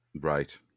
Right